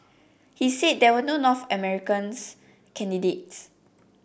he said there were no North Americans candidates